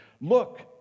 look